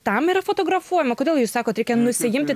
tam yra fotografuojama kodėl jūs sakot reikia nusiimti